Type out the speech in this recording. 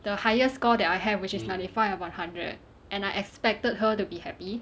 the highest score that I have which is ninety five upon hundred and I expected her to be happy